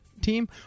team